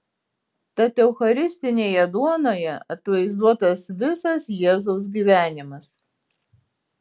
tad eucharistinėje duonoje atvaizduotas visas jėzaus gyvenimas